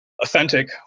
authentic